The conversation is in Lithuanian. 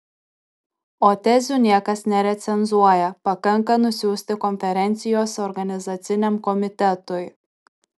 o tezių niekas nerecenzuoja pakanka nusiųsti konferencijos organizaciniam komitetui